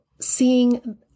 seeing